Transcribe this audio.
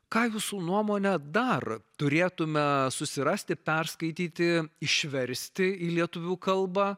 ką jūsų nuomone dar turėtume susirasti perskaityti išversti į lietuvių kalbą